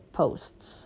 posts